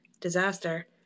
disaster